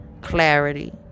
clarity